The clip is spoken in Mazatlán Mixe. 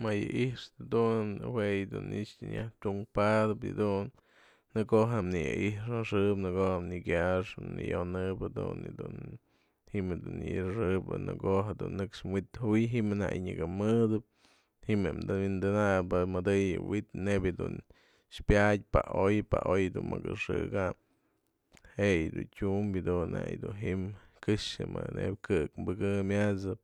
Më yë i'ixtë jëdun jue dun i'ixë myaj tu'unk padëpëp yëdun, në ko'o nanyai'ixnaxëbë në ko'o nyëka'ay nëyonëp dun yë dun. ji'im dun nëyxë'ëp në ko'o je dun nëkxë wi'it juy, ji'im nak nyaka mëdë, ji'im je tëm wi'indënap pë mëdë yë wi'it nebya dun piadtyë, pë oy pë oy dun më këxäny je yë dun tyum, këxë nebya kë'ëk pëkëmyadsëp,